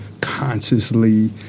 consciously